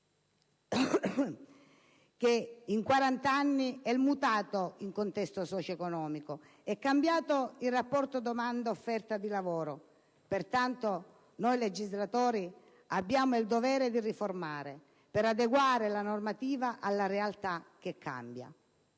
che in quarant'anni è mutato il contesto socio-economico, è cambiato il rapporto tra domanda e offerta di lavoro. Pertanto, noi legislatori abbiamo il dovere di riformare, per adeguare la normativa alla realtà che cambia.